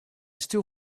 still